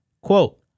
Quote